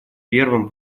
первым